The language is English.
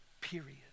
period